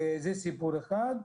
זה סיפור אחד,